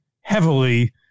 heavily